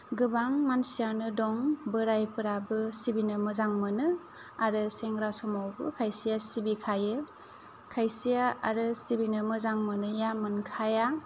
गोबां मानसियानो दं बोरायफोराबो सिबिनो मोजां मोनो आरो सेंग्रा समावबो खायसेया सिबिखायो खायसेया आरो सिबिनो मोजां मोनैया मोनखाया